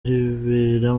ribera